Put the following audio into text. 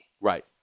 Right